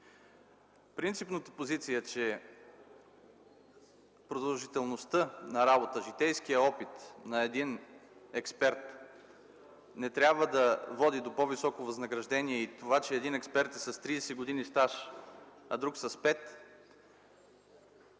Принципната позиция, че продължителността на работа, житейският опит на един експерт не трябва да води до по-високо възнаграждение и това, че един експерт е с 30 години стаж, а друг – с 5,